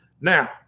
Now